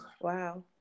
wow